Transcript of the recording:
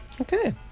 Okay